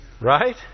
Right